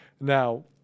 Now